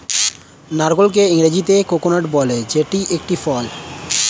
নারকেলকে ইংরেজিতে কোকোনাট বলে যেটি একটি ফল